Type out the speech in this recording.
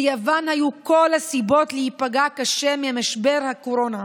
ליוון היו כל הסיבות להיפגע קשה ממשבר הקורונה.